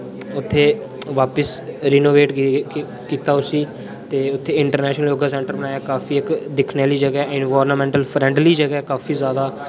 उत्थे वापस रिनोवेट गे हे कित्ता हा उस्सी ते उत्थे इंटरनेशनल योगा सेंटर बनाया काफी इक दिखने वाली जगहा ऐ एनवायरनामेंटल फ्रेंडली जगहा ऐ काफी ज्यादा